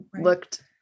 looked